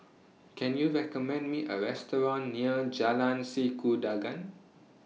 Can YOU recommend Me A Restaurant near Jalan Sikudangan